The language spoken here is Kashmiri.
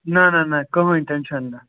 نہَ نہَ نہَ کٕہٕنٛۍ ٹٮ۪نشَن نہٕ